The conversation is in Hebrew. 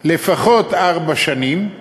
לפחות ארבע שנים,